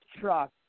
truck